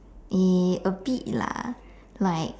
uh a bit lah like